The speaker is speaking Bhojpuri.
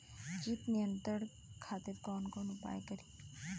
कीट नियंत्रण खातिर कवन कवन उपाय करी?